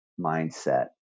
mindset